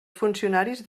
funcionaris